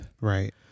Right